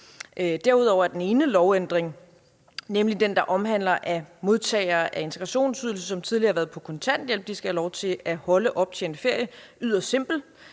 Derudover er den ene lovændring, nemlig den, der handler om, at modtagere af integrationsydelse, som tidligere har været på kontanthjælp, skal have lov til at holde optjent ferie, yderst simpel.